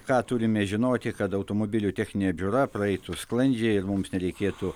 ką turime žinoti kad automobilių techninė apžiūra praeitų sklandžiai ir mums nereikėtų